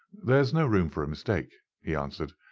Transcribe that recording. there's no room for a mistake, he answered.